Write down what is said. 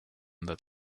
that